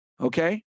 Okay